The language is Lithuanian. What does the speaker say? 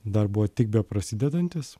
dar buvo tik beprasidedantis